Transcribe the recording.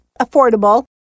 affordable